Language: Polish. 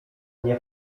nie